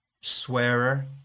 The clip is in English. swearer